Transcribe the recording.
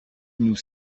nous